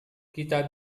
kita